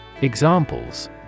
Examples